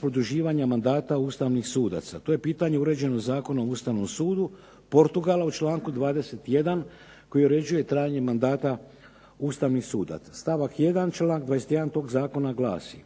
produživanje mandata Ustavnih sudaca, to je pitanje uređeno Zakonom o Ustavnom sudu Portugala, članku 21. koji uređuje trajanje mandata ustavnih sudaca, članak 21. stavak 1. tog Zakona glasi: